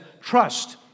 trust